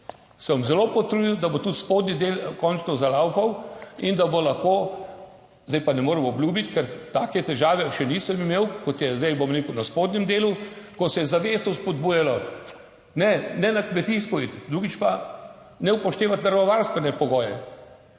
bom zelo potrudil, da bo tudi spodnji del končno zagnan in da bo lahko, zdaj pa ne morem obljubiti, ker take težave še nisem imel, kot je zdaj na spodnjem delu, ko se je zavestno spodbujalo, ne, ne na kmetijsko iti, drugič pa ne upoštevati naravovarstvene pogoje.